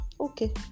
okay